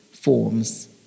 Forms